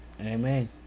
Amen